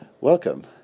Welcome